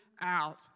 out